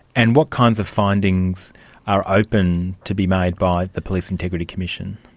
and what kinds of findings are open to be made by the police integrity commission?